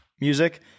music